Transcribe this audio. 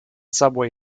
subway